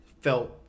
felt